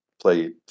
Play